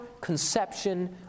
conception